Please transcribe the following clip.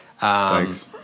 Thanks